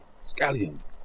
scallions